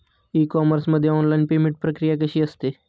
E commerce मध्ये online payment प्रक्रिया कशी असते?